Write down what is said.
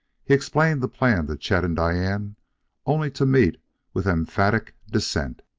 he explained the plan to chet and diane only to meet with emphatic dissent.